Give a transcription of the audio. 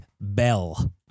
Bell